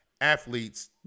athletes